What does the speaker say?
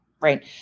Right